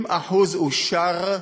90% אושר.